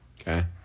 Okay